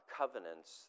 covenants